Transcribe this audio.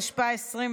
התשפ"א 2020,